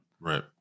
Right